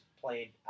played